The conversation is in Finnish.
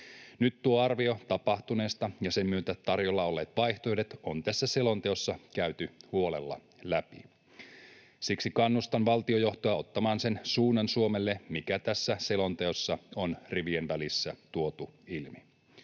Nyt tuo arvio tapahtuneesta ja sen myötä tarjolla olleet vaihtoehdot on tässä selonteossa käyty huolella läpi. Siksi kannustan valtiojohtoa ottamaan sen suunnan Suomelle, mikä tässä selonteossa on rivien välissä tuotu ilmi.